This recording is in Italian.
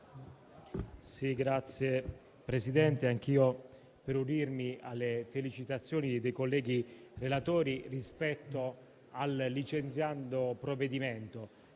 Signor Presidente, vorrei unirmi anch'io alle felicitazioni dei colleghi relatori rispetto al licenziando provvedimento.